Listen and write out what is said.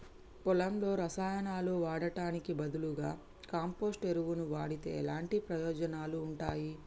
పొలంలో రసాయనాలు వాడటానికి బదులుగా కంపోస్ట్ ఎరువును వాడితే ఎలాంటి ప్రయోజనాలు ఉంటాయి?